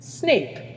Snape